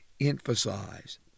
emphasize